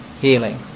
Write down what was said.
healing